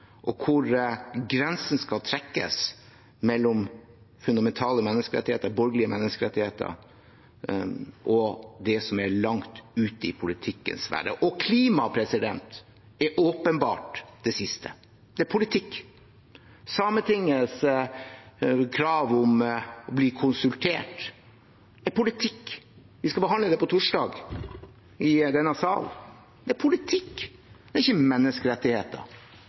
og hvor grensen skal trekkes mellom fundamentale menneskerettigheter, borgerlige menneskerettigheter og det som er langt ut i politikkens sfære. Klima er åpenbart det siste. Det er politikk. Sametingets krav om å bli konsultert er politikk. Vi skal behandle det på torsdag i denne sal. Det er politikk, det er ikke menneskerettigheter,